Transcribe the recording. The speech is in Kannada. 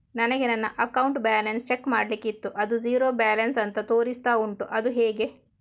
ನನಗೆ ನನ್ನ ಅಕೌಂಟ್ ಬ್ಯಾಲೆನ್ಸ್ ಚೆಕ್ ಮಾಡ್ಲಿಕ್ಕಿತ್ತು ಅದು ಝೀರೋ ಬ್ಯಾಲೆನ್ಸ್ ಅಂತ ತೋರಿಸ್ತಾ ಉಂಟು ಅದು ಹೇಗೆ?